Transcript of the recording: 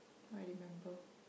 I remember